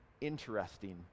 interesting